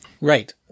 Right